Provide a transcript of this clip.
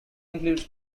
includes